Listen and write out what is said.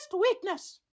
weakness